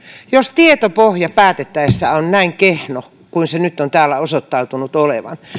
jos tietopohja päätettäessä on näin kehno kuin se nyt on täällä osoittautunut olevan